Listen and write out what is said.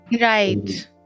right